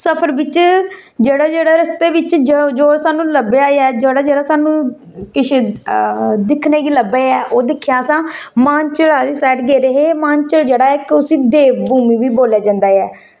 सफर बिच जेह्ड़ा जेह्ड़ा रस्ते बिच जो जो सानूं लब्भेआ ऐ जेह्ड़ा जेह्ड़ा सानूं किश दिक्खने गी लब्भेआ ऐ ओह् दिक्खेआ असें म्हांचल आह्ली साइड गेदे हे म्हांचल जेह्ड़ा ऐ इक उसी देवभूमि बी बोलेआ जंदा ऐ